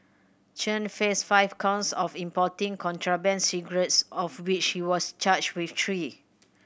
Chen faced five counts of importing contraband cigarettes of which he was charged with three